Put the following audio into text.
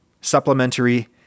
supplementary